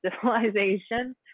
civilization